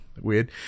weird